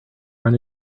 run